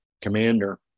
commander